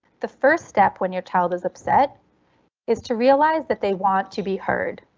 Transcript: the first step when your child is upset is to realize that they want to be heard.